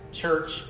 church